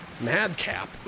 Madcap